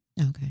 Okay